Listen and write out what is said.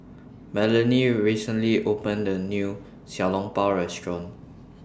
Melany recently opened A New Xiao Long Bao Restaurant